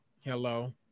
hello